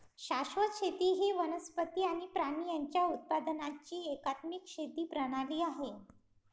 शाश्वत शेती ही वनस्पती आणि प्राणी यांच्या उत्पादनाची एकात्मिक शेती प्रणाली आहे